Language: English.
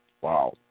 Wow